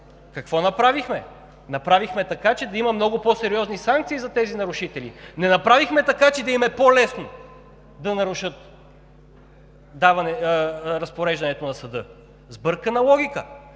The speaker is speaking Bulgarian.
Какво направихме? Направихме така, че да има много по-сериозни санкции за тези нарушители, а не направихме така, че да им е по-лесно да нарушат разпореждането на съда. Сбъркана логика!